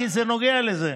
כי זה נוגע לזה,